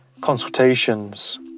consultations